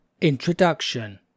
Introduction